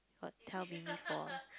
got tell me before